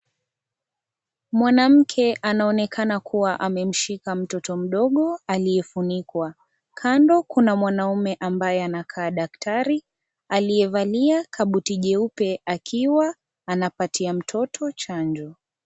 Mwanamke anaonekana kuwa amemshika mtoto mdogo aliyefunikwa. Kando, kuna mwanaume ambaye anakaa daktari, aliyevalia kabuti jeupe akiwa anapatia mtoto chanjo.